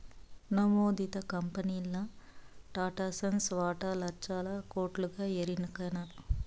నమోదిత కంపెనీల్ల టాటాసన్స్ వాటా లచ్చల కోట్లుగా ఎరికనా